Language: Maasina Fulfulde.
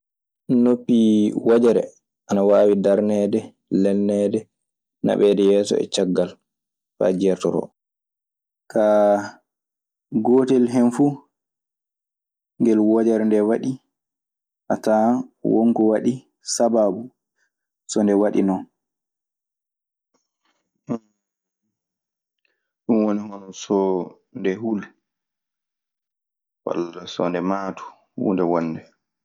Noppi wojere, ana waawi darneede, lelneede, naɓeede yeeso e caggal faa jeertoroo. Kaa gootel ngel fuu, negel wojere ndeewaɗi, a tawan wonko waɗi sabaabu so nde waɗinon. Wun zoni soo nde hul walla so nde maatu huunde wonde.